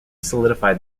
solidified